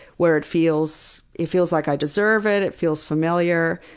where it feels it feels like i deserve it, it feels familiar.